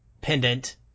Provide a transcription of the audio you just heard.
pendant